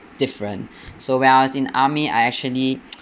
different so when I was in army I actually